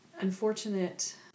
unfortunate